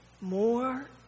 more